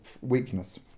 weakness